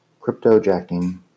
cryptojacking